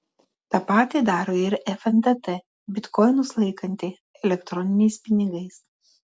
tą patį daro ir fntt bitkoinus laikanti elektroniniais pinigais